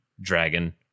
dragon